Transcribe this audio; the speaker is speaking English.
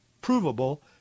provable